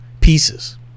pieces